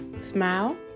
Smile